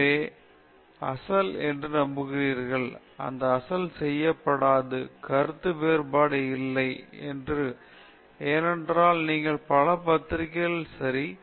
எனவே நீங்கள் அசல் என்று நம்புகிறீர்களானால் அது நகல் செய்யப்படாது கருத்து வேறுபாடு இல்லை உன்னுடைய கடின உழைப்பில் போட்டு விட்டாய் பிறகு இந்த விஷயத்தை சரியான வாகனத்தை கண்டுபிடிப்பது அவ்வளவு சுலபமாக இருக்கிறது ஏனென்றால் நீங்கள் பல பத்திரிகைகள் சரி